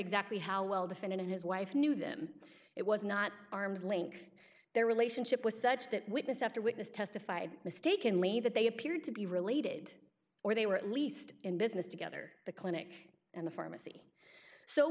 exactly how well defendant and his wife knew them it was not arm's length their relationship was such that witness after witness testified mistakenly that they appeared to be related or they were at least in business together the clinic and the pharmacy so